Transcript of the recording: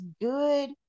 good